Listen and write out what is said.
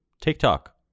TikTok